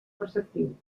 perceptiu